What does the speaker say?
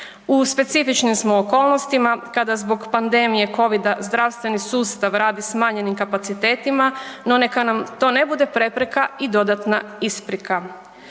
U specifičnim smo okolnostima kada zbog pandemije covida zdravstveni sustav radi smanjenim kapacitetima, no neka nam to ne bude prepreka i dodatna isprika